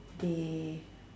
they